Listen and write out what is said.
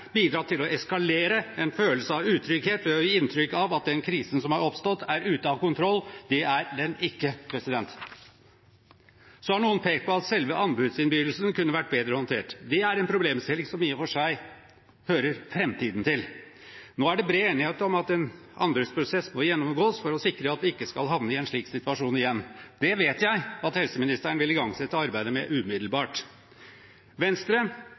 bidratt til å eskalere en følelse av utrygghet ved å gi inntrykk av at den krisen som har oppstått, er ute av kontroll. Det er den ikke. Så har noen pekt på at selve anbudsinnbydelsen kunne vært bedre håndtert. Det er en problemstilling som i og for seg hører framtiden til. Nå er det bred enighet om at en anbudsprosess må gjennomgås for å sikre at vi ikke skal havne i en slik situasjon igjen. Det vet jeg helseministeren vil igangsette arbeidet med umiddelbart. Venstre